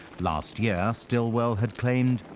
last year, stilwell had claimed,